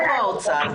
איפה האוצר?